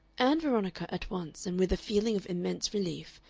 ann veronica at once, and with a feeling of immense relief,